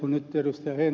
kun nyt ed